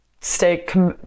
stay